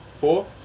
Four